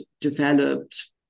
developed